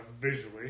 visually